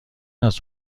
است